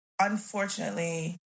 unfortunately